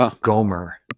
Gomer